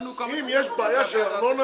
אם יש בעיה של ארנונה,